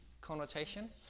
connotation